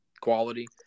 quality